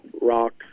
rocks